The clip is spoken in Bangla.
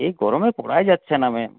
এই গরমে পড়াই যাচ্ছে না ম্যাম